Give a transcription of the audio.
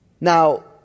Now